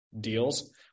deals